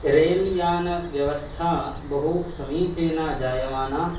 rail यानव्यवस्था बहुसमीचीना जायमाना